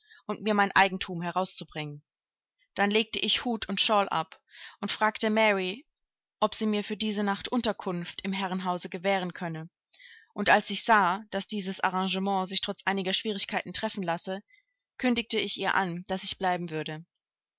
und mir mein eigentum heraufzubringen dann legte ich hut und shawl ab und fragte mary ob sie mir für diese nacht unterkunft im herrenhause gewähren könne und als ich sah daß dieses arrangement sich trotz einiger schwierigkeiten treffen lasse kündigte ich ihr an daß ich bleiben würde